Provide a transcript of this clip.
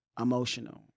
emotional